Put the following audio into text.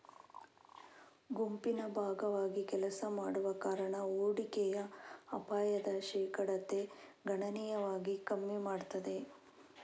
ಗುಂಪಿನ ಭಾಗವಾಗಿ ಕೆಲಸ ಮಾಡುವ ಕಾರಣ ಹೂಡಿಕೆಯ ಅಪಾಯದ ಶೇಕಡತೆ ಗಣನೀಯವಾಗಿ ಕಮ್ಮಿ ಮಾಡ್ತದೆ